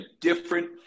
different